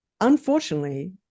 unfortunately